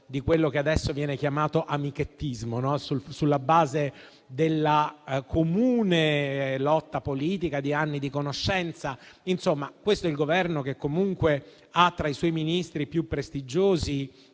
di quello che adesso viene chiamato amichettismo, sulla base della comune lotta politica e di anni di conoscenza. Insomma, questo è il Governo che comunque ha tra i suoi Ministri più prestigiosi